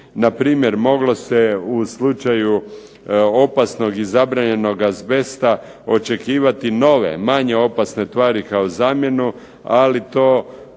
npr. moglo se u slučaju opasnog i zabranjenog azbesta očekivati nove, manje opasne tvari kao zamjenu, ali to